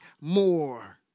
more